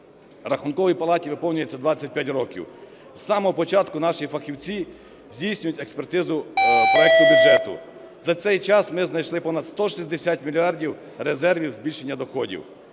Рахунковій палаті виповнюється 25 років. З самого початку наші фахівці здійснюють експертизу проекту бюджету. За цей час ми знайшли понад 160 мільярдів резервів збільшення доходів.